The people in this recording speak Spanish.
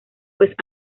pues